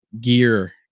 gear